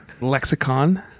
lexicon